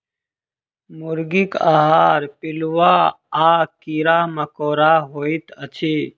मुर्गीक आहार पिलुआ आ कीड़ा मकोड़ा होइत अछि